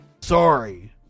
Sorry